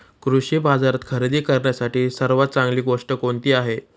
कृषी बाजारात खरेदी करण्यासाठी सर्वात चांगली गोष्ट कोणती आहे?